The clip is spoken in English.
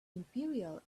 imperial